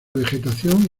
vegetación